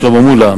שלמה מולה,